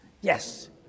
Yes